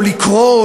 או לקרוא,